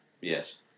Yes